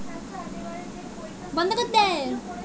বাড়ির বিদ্যুৎ বিল টা কিভাবে মেটানো যাবে?